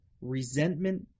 resentment